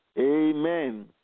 Amen